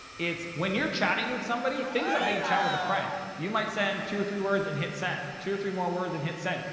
when you're chatting with somebody, think about how you chat with a friend. you might send two or three words and hit send, two or three more words, and hit send.